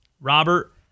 Robert